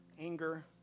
anger